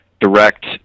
direct